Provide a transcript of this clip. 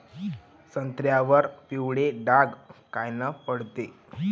संत्र्यावर पिवळे डाग कायनं पडते?